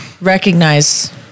recognize